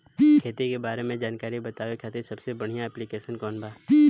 खेती के बारे में जानकारी बतावे खातिर सबसे बढ़िया ऐप्लिकेशन कौन बा?